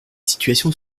situations